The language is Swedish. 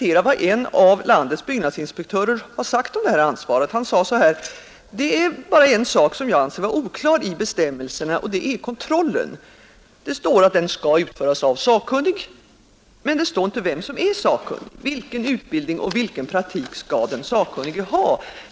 En av landets byggnadsinspektörer har sagt om detta ansvar: ”Det är bara en sak jag anser vara oklar i bestämmelserna, och det är kontrollen. Det står att den skall utföras av sakkunnig, men det står inte vem som är sakkunnig. Vilken utbildning och vilken praktik skall den sakkunnige ha?